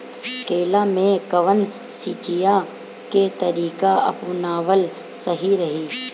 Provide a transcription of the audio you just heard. केला में कवन सिचीया के तरिका अपनावल सही रही?